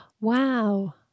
Wow